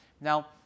Now